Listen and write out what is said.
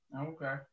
Okay